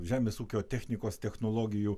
žemės ūkio technikos technologijų